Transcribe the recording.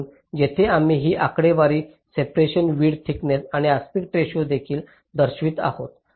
म्हणून येथे आम्ही ही आकडेवारी सेपरेशन विड्थ थिकनेस आणि आस्पेक्ट रेशिओ देखील दर्शवित आहोत